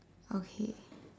okay